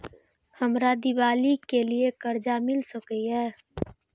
हमरा दिवाली के लिये त्योहार कर्जा मिल सकय?